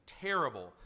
terrible